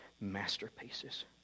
masterpieces